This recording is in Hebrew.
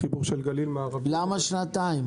החיבור של גליל מערבי --- למה שנתיים?